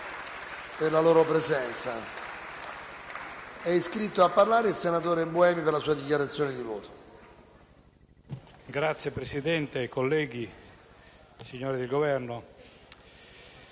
Signor Presidente, colleghi, signori del Governo,